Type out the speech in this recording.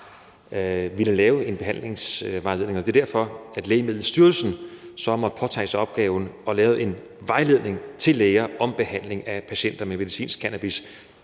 villet lave en behandlingsvejledning, og det er derfor, Lægemiddelstyrelsen så måtte påtage sig opgaven med at lave en vejledning til læger om behandling af patienter med medicinsk cannabis.